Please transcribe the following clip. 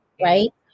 right